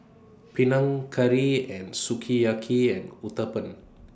Panang Curry and Sukiyaki and Uthapam